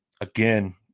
again